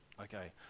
okay